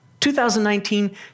2019